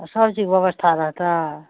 सबचीजके व्यवस्था रहतय